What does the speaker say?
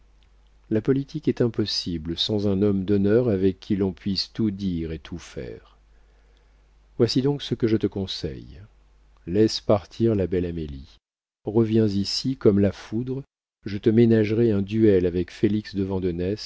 la politique est impossible sans un homme d'honneur avec qui l'on puisse tout dire et tout faire voici donc ce que je te conseille laisse partir la belle amélie reviens ici comme la foudre je te ménagerai un duel avec félix de